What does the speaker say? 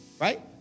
Right